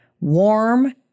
warm